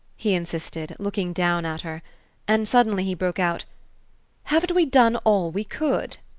he insisted, looking down at her and suddenly he broke out haven't we done all we could?